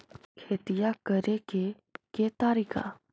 खेतिया करेके के तारिका?